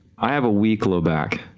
i have a weak low back,